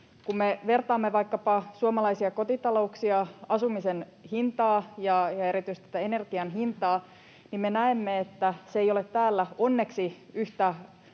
Kun me vertaamme vaikkapa suomalaisia kotitalouksia, asumisen hintaa ja erityisesti tätä energian hintaa, niin me näemme, että se ei ole täällä onneksi yhtä